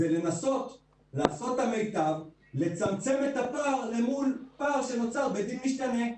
לנסות לעשות את המיטב לצמצם את הפער למול פער שנוצר בדין משתנה.